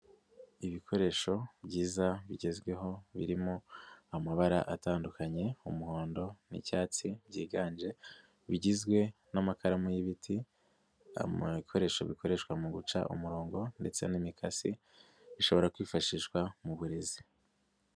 Ibikoresho byiza bigezweho birimo amabara atandukanye umuhondo n'icyatsi byiganje, bigizwe n'amakaramu y'ibiti amakoresho bikoreshwa mu guca umurongo ndetse n'imikasi bishobora kwifashishwa mu burezi.